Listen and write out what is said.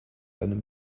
einem